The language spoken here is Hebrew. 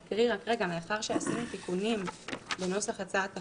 עשינו תיקונים לנוסח הצעת החוק,